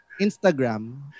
Instagram